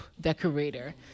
decorator